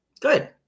good